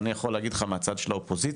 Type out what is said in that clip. אני יכול להגיד לך מהצד של האופוזיציה,